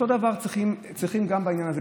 אותו דבר צריכים גם בעניין הזה.